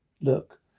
look